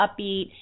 upbeat